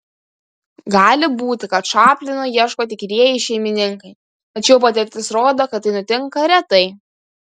gali būti kad čaplino ieško tikrieji šeimininkai tačiau patirtis rodo kad tai nutinka retai